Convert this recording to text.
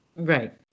Right